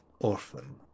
orphan